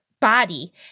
body